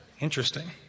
Interesting